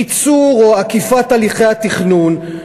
קיצור או עקיפת הליכי התכנון,